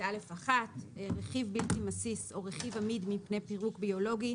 א'1 רכיב בלתי מסיס או רכיב עמיד מפני פירוק ביולוגי,